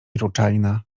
ruczajna